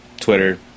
Twitter